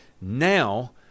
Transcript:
now